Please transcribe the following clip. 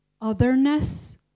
otherness